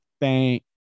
thank